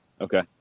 Okay